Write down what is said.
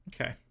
Okay